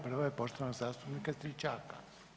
Prva je poštovanog zastupnika Stričaka.